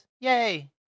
Yay